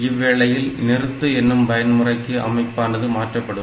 இவ்வேளையில் நிறுத்து என்னும் பயன் முறைக்கு அமைப்பானது மாற்றப்படும்